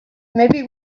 maybe